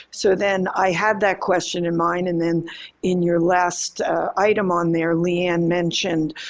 so then i had that question in mind. and then in your last item on there, leigh ann mentioned,